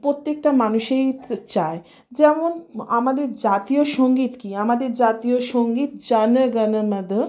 প্রত্যেকটা মানুষই চায় যেমন আমাদের জাতীয় সঙ্গীত কী আমাদের জাতীয় সঙ্গীত জন গণ মন